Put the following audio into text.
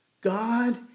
God